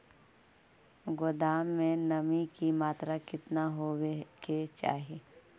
गोदाम मे नमी की मात्रा कितना होबे के चाही?